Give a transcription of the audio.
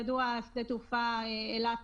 שדה התעופה אילת